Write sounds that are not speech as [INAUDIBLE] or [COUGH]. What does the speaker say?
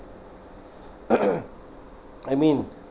[COUGHS] I mean